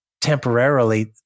temporarily